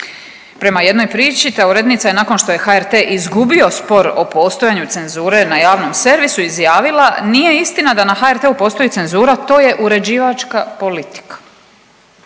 Prema jednoj priči ta urednica je nakon što je HRT izgubio spor o postojanju cenzure na javnom servisu izjavila nije istina da na HRT-u postoji cenzura, to je uređivačka politika.